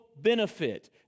benefit